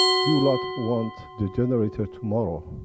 you lot want the generator tomorrow,